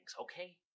okay